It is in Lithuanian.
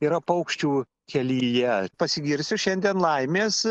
yra paukščių kelyje pasigirsiu šiandien laimės